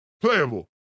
Playable